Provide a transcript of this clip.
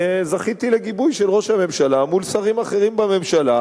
זכיתי לגיבוי של ראש הממשלה מול שרים אחרים בממשלה